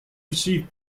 receive